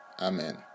Amen